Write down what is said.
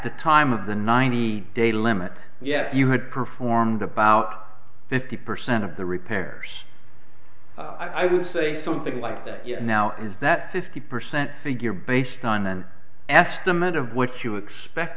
the time of the ninety day limit yes you had performed about fifty percent of the repairs i would say something like that now is that fifty percent figure based on then estimate of what you expect